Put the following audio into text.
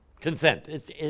consent